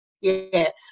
Yes